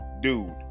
dude